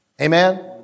Amen